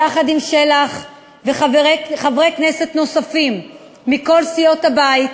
יחד עם חבר הכנסת עפר שלח וחברי כנסת נוספים מכל סיעות הבית,